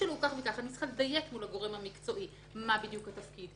אני צריכה לדייק מול הגורם המקצועי מה בדיוק התפקיד,